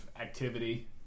activity